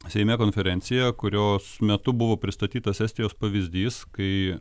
seime konferencija kurios metu buvo pristatytas estijos pavyzdys kai